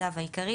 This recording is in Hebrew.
הצו העיקרי),